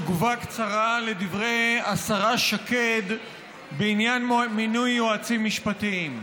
תגובה קצרה לדברי השרה שקד בעניין מינוי יועצים משפטיים.